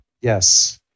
Yes